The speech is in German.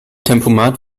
tempomat